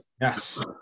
Yes